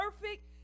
perfect